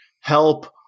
help